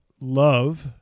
love